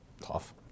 tough